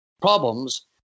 problems